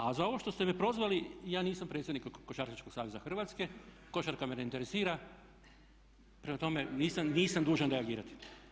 A za ovo što ste me prozvali, ja nisam predsjednik Košarkaškog saveza Hrvatske, košarka me ne interesira, prema tome nisam dužan reagirati.